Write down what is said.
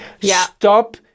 Stop